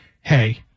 hey